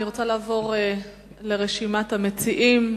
אני רוצה לעבור לרשימת המציעים.